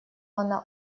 она